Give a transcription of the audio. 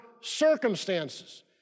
circumstances